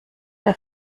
der